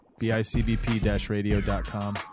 bicbp-radio.com